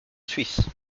suisse